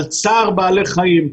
על צער בעלי חיים,